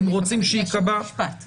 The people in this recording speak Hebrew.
אם רוצים שיקבע ------ משפט --- נגזר.